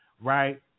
right